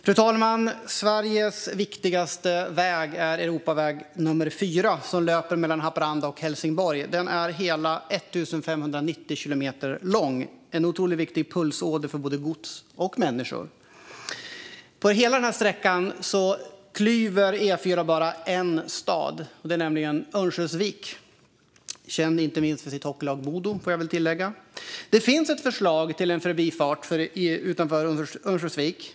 Fru talman! Sveriges viktigaste väg är Europaväg 4, som löper mellan Haparanda och Helsingborg. Den är hela 1 590 kilometer lång och en otroligt viktig pulsåder för både gods och människor. På hela sträckan klyver E4 bara en stad, nämligen Örnsköldsvik, känd inte minst för sitt hockeylag Modo, får jag väl tillägga. Det finns ett förslag till en förbifart utanför Örnsköldsvik.